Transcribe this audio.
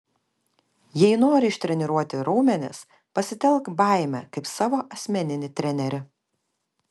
jei nori ištreniruoti raumenis pasitelk baimę kaip savo asmeninį trenerį